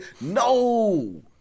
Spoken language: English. No